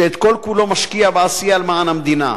שאת כל כולו משקיע בעשייה למען המדינה.